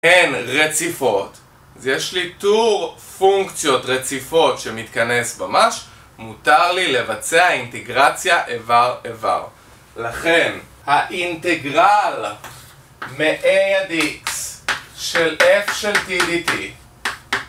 אין רציפות, אז יש לי טור פונקציות רציפות שמתכנס ממש, מותר לי לבצע אינטגרציה איבר איבר. לכן האינטגרל מ-a עד x של f של t dt